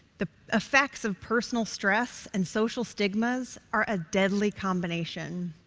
the effects of personal stress and social stigmas are a deadly combination.